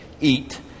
eat